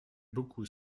beaucoup